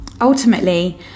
Ultimately